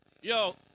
Yo